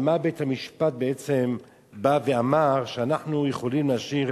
על מה בית-המשפט בעצם בא ואמר שאנחנו יכולים להשאיר